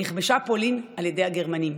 נכבשה פולין על ידי הגרמנים.